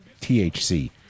THC